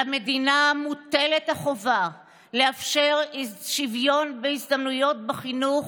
על המדינה מוטלת החובה לאפשר שוויון הזדמנויות בחינוך,